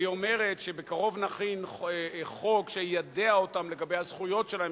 והיא אומרת: בקרוב נכין חוק שיידע אותם לגבי הזכויות שלהם,